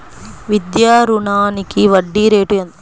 విద్యా రుణానికి వడ్డీ రేటు ఎంత?